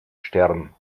stern